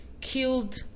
killed